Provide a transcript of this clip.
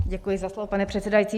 Děkuji za slovo, pane předsedající.